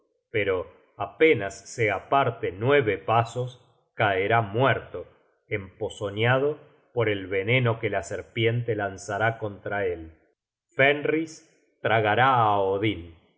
pero apenas se aparte nueve pasos caerá muerto emponzoñado por el veneno que la serpiente lanzará contra él fenris tragará á odin